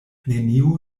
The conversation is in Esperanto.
neniu